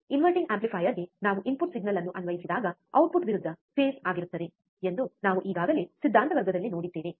inverting ಆಂಪ್ಲಿಫೈಯರ್ಗೆ ನಾವು input signal ಅನ್ನು ಅನ್ವಯಿಸಿದಾಗ ಔಟ್ಪುಟ್ ವಿರುದ್ಧ ಫೇಸ್ ಆಗಿರುತ್ತದೆ ಎಂದು ನಾವು ಈಗಾಗಲೇ ಸಿದ್ಧಾಂತ ವರ್ಗದಲ್ಲಿ ನೋಡಿದ್ದೇವೆ